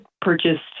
purchased